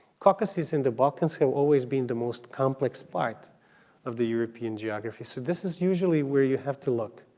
caucuses in the balkans have always been the most complex part of the european geography, so this is usually where you have to look.